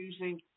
using